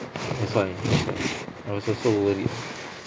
that's why I was also worried